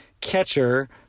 catcher